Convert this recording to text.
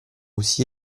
aussi